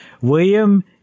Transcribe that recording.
william